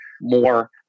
more